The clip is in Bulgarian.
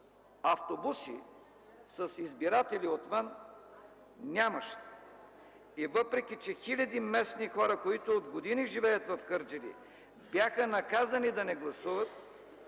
Автобуси с избиратели отвън нямаше и въпреки че хиляди местни хора, които от години живеят в Кърджали, бяха наказани да не гласуват,